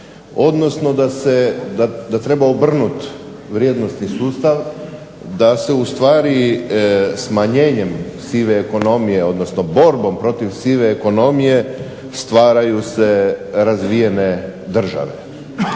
odnosno da treba obrnuti vrijednosti sustav da se ustvari smanjenjem sive ekonomije odnosno borbom protiv sive ekonomije stvaraju se razvijene države.